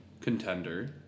contender